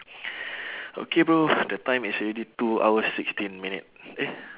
okay bro the time is already two hours sixteen minute eh